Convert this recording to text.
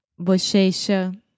bochecha